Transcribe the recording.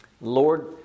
Lord